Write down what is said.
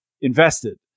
invested